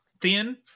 thin